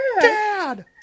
dad